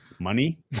Money